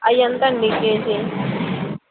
అయ్యి ఎంతండి కేజీ